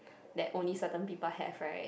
that only certain people have [right]